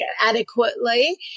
adequately